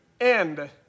end